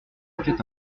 c’était